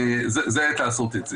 זו העת לעשות את זה.